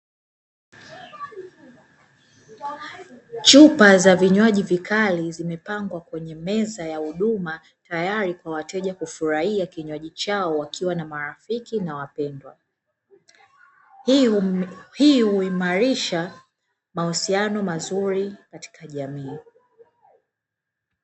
Chupa za vinywaji vikali zimepangwa kwenye meza ya huduma, tayari kwa wateja kufurahia kinywaji chao wakiwa na marafiki na wapendwa. Hii huimarisha mahusiano mazuri katika jamii.